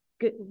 good